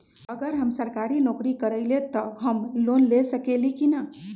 अगर हम सरकारी नौकरी करईले त हम लोन ले सकेली की न?